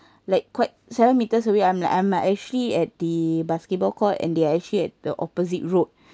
like quite seven meters away I'm like I'm like actually at the basketball court and they're actually at the opposite road